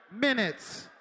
minutes